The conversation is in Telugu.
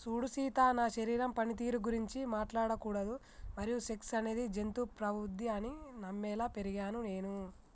సూడు సీత నా శరీరం పనితీరు గురించి మాట్లాడకూడదు మరియు సెక్స్ అనేది జంతు ప్రవుద్ది అని నమ్మేలా పెరిగినాను నేను